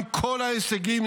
עם כל ההישגים,